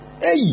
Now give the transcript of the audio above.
Hey